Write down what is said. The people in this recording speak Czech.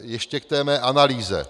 Ještě k té mé analýze.